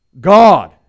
God